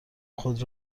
خود